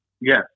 yes